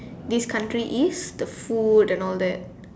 this country is the food and all that